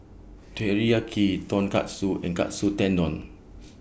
Teriyaki Tonkatsu and Katsu Tendon